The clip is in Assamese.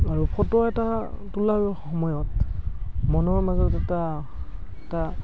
আৰু ফটো এটা তোলাৰ সময়ত মনৰ মাজত এটা এটা